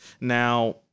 Now